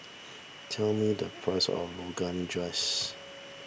tell me the price of Rogan Josh